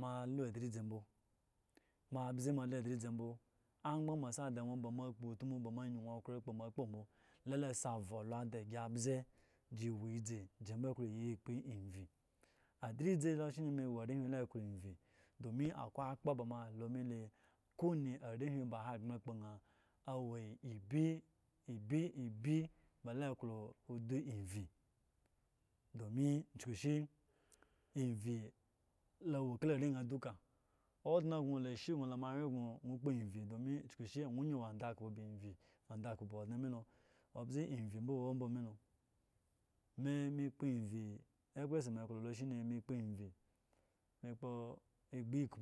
moa wo adlizi mbo mo mo adza alo adizi mbo angban ba moa asa ada mo bamo akpo utmu ba moo ayan okpo akpo mo akpo mbo lo la sa avul ada gi abza gi ewo eze ba yi ba ewo ekpo enyi addlizi lo shine me ewo aehwi la eklo enyi domin akwai akpa ba moa alo mele kowa ne arehhwi ba hogbre awo ebi ebi ebi ba lo eklo odo enyi domin skushi evyi evyi la awo la are hen duka odne gno la ashe gno la mo awye gno domin kyukushi awo ayin owo andakpo ba evyi ba odne mele lo obza evyi mbo wo omba me lo me me kpo evyi ye sa me eklo shine ne kpo